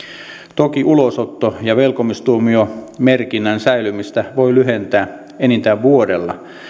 toki ulosotto ja velkomistuomiomerkinnän säilymistä voi lyhentää enintään vuodella